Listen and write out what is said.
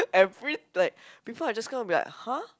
every like people are just gonna be like !huh!